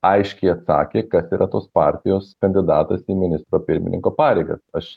aiškiai atsakė kas yra tos partijos kandidatas į ministro pirmininko pareigas aš